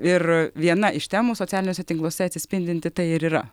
ir viena iš temų socialiniuose tinkluose atsispindinti tai ir yra